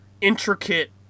intricate